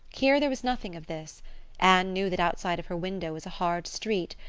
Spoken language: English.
here there was nothing of this anne knew that outside of her window was a hard street,